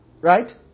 Right